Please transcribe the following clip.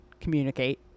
communicate